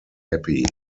happy